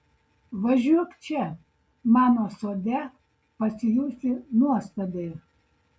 važiuok čia mano sode pasijusi nuostabiai